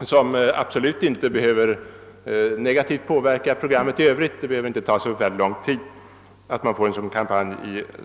i skolorna. Informationen därom behöver inte ta lång tid, och inte heller behöver den inverka negativt på skolans övriga verksamhet.